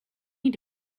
need